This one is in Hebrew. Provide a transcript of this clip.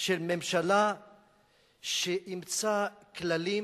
של ממשלה שאימצה כללים,